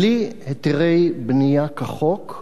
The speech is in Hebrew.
בלי היתרי בנייה כחוק,